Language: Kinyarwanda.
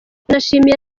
yanashimiye